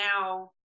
now